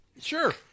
Sure